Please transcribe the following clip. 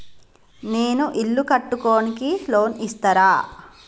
నేను ఇల్లు కట్టుకోనికి లోన్ ఇస్తరా?